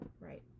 right